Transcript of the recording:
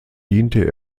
diente